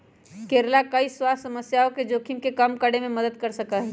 करेला कई स्वास्थ्य समस्याओं के जोखिम के कम करे में मदद कर सका हई